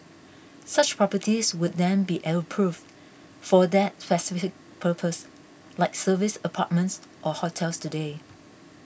such properties would then be approved for that purpose like service apartments or hotels today